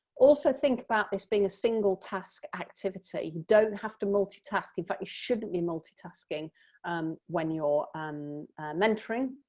also think about this being a single task activity you don't have to multitask, in fact, you shouldn't be multitasking when you're um mentoring.